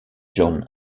john